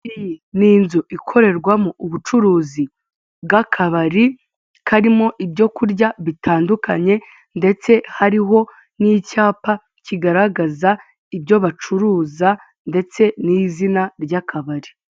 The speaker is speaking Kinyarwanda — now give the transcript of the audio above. Iyi ni inzu ikorerwamo ubucuruzi bw'akabari karimo ibyo kurya bitandukanye ndetse hariho n'icyapa kigaragaza ibyo bacuruza ndetse n'izina ry'akabari.